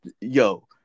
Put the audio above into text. yo